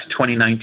2019